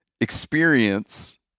experience